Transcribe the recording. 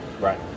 Right